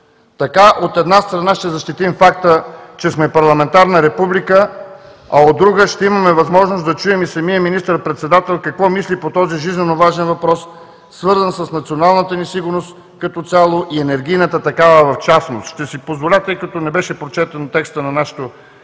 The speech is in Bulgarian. Така, от една страна, ще защитим факта, че сме парламентарна република, а от друга, ще имаме възможност да чуем и самия министър-председател какво мисли по този жизненоважен въпрос, свързан с националната ни сигурност като цяло и енергийната такава в частност. Ще си позволя, тъй като не беше прочетен текстът на нашето Решение,